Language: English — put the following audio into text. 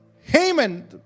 Haman